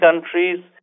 countries